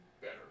better